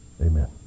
Amen